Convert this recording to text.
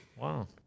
Wow